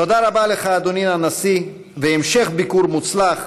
תודה רבה לך, אדוני הנשיא, והמשך ביקור מוצלח